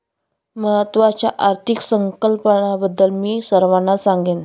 महत्त्वाच्या आर्थिक संकल्पनांबद्दल मी सर्वांना सांगेन